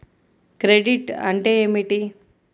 Credit అంటే ఏమిటి?